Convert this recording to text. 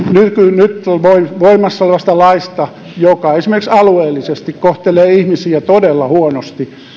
nyt voimassa olevasta laista joka esimerkiksi alueellisesti kohtelee ihmisiä todella huonosti mitä